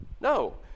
No